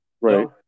right